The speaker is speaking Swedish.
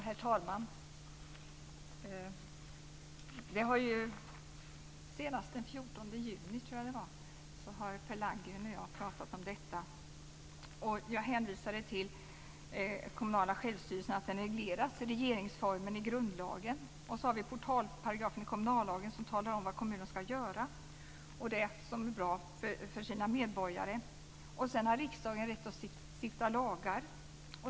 Herr talman! Senast den 14 juni, tror jag det var, talade Per Landgren och jag om detta. Jag hänvisade då till att den kommunala självstyrelsen regleras i regeringsformen i grundlagen. Vidare är det portalparagrafen i kommunallagen som talar om vad kommunerna ska göra, nämligen det som är bra för deras medborgare. Riksdagen har rätt att stifta lagar.